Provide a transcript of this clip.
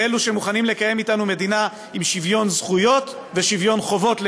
באלו שמוכנים לקיים אתנו מדינה עם שוויון זכויות ושוויון חובות לאזרחיה,